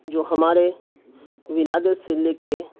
جو ہمارے ولادت سے لے کے